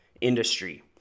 industry